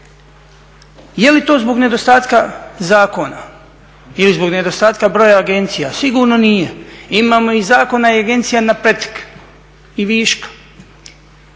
Je li to zbog nedostatka zakona ili zbog nedostatka broja agencija? Sigurno nije. Imamo i zakona i agencija na pretek, i viška.